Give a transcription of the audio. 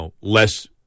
less